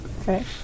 Okay